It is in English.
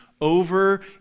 over